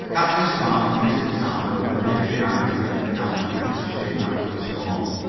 captain spark and mr. tarbill remained behind to get the camp in better shape after the storm.